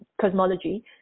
cosmology